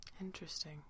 Interesting